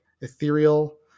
ethereal